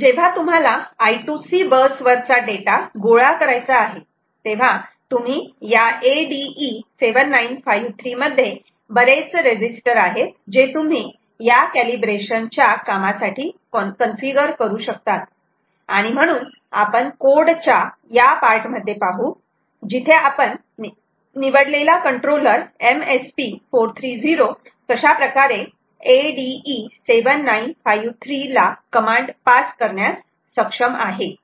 जेव्हा तुम्हाला I2C bus वरचा डेटा गोळा करायचा आहे तेव्हा तुम्ही या ADE 7953 मध्ये बरेच रेजिस्टर आहेत जे तुम्ही या कॅलिब्रेशन च्या कामासाठी कन्फिगर करू शकतात आणि म्हणून आपण कोड च्या या पार्ट मध्ये पाहू जिथे आपण निवडलेला कंट्रोलर MSP 430 कशाप्रकारे ADE 7953 ला कमांड पास करण्यास सक्षम आहे